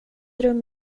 rum